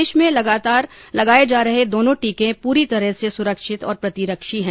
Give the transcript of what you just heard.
देश में लगाए जा रहे दोनों टीके पूरी तरह से सुरक्षित और प्रतिरक्षी है